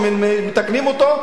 שמתקנים אותו,